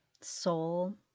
soul